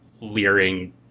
leering